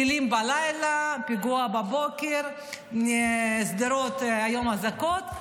טילים בלילה, פיגוע בבוקר, שדרות היום עם אזעקות.